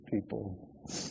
people